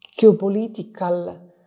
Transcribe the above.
geopolitical